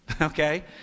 Okay